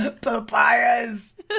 Papayas